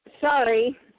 Sorry